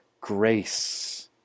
grace